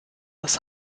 das